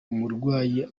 umurwayi